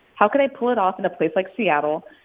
how can i pull it off in a place like seattle?